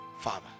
Father